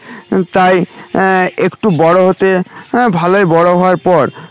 তাই একটু বড়ো হতে ভালোই বড়ো হওয়ার পর